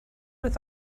with